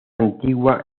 antigua